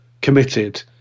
committed